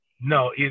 No